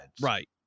right